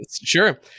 Sure